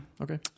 Okay